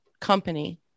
company